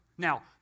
Now